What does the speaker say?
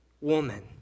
woman